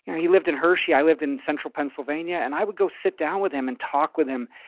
he lived in hershey. i lived in central pennsylvania, and i would go sit down with him and talk with him.